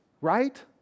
right